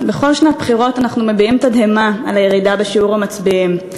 בכל שנת בחירות אנחנו מביעים תדהמה על הירידה בשיעור המצביעים.